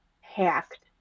hacked